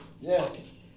Yes